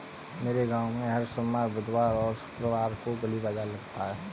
मेरे गांव में हर सोमवार बुधवार और शुक्रवार को गली बाजार लगता है